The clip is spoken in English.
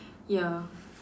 ya